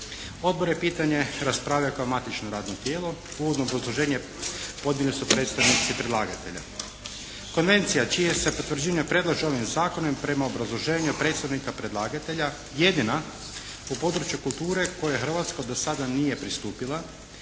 Odbor je pitanje raspravio kao matično radno tijelo. Uvodno obrazloženje podnijeli su predstavnici predlagatelja. Konvencija čije se potvrđivanje predlaže ovim zakonom i prema obrazloženju predsjednika predlagatelja jedina u području kulture koje Hrvatska do sada nije pristupila,